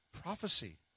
prophecy